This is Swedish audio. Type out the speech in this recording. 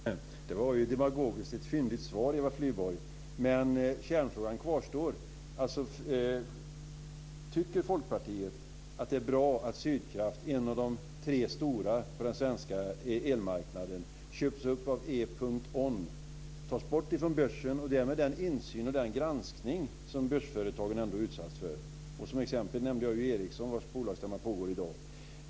Herr talman! Det var ju demagogiskt ett fyndigt svar, Eva Flyborg. Men kärnfrågan kvarstår: Tycker Folkpartiet att det är bra att Sydkraft, en av de tre stora på den svenska elmarknaden, köps upp av E.ON, tas bort från börsen och därmed den insyn och den granskning som börsföretagen ändå utsätts för. Som exempel nämnde jag Ericsson vars bolagsstämma pågår i dag.